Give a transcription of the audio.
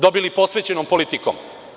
Dobili posvećenom politikom.